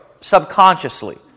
subconsciously